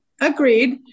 Agreed